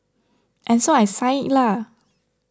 and so I signed it lah